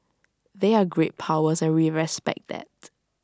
they're great powers and we respect that